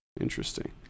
Interesting